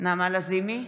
נעמה לזימי,